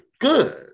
good